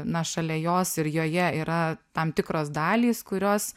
na šalia jos ir joje yra tam tikros dalys kurios